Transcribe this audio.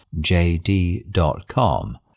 JD.com